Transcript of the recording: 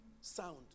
sound